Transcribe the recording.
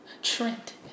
Trent